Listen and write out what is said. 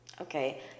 Okay